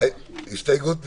הסתייגות מס'